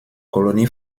colonie